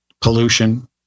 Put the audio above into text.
pollution